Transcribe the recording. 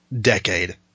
decade